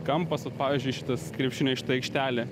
kampas vat pavyzdžiui šitas krepšinio aikštelė